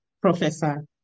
Professor